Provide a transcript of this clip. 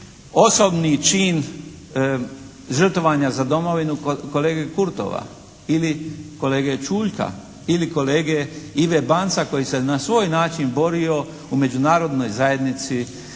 osobni čin žrtvovanja za domovinu kolege Kurtova. Ili kolege Čuljka. Ili kolege Ive Banca koji se na svoj način borio u međunarodnoj zajednici